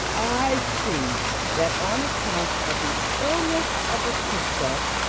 i see that, on account of the illness of the princess,